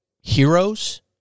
heroes